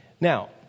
Now